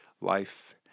life